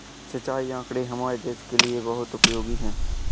सिंचाई आंकड़े हमारे देश के लिए बहुत उपयोगी है